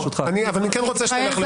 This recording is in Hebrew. אני כן רוצה שתלך לשם.